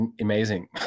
amazing